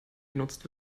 genutzt